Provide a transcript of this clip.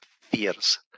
fears